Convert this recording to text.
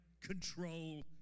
control